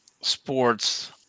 sports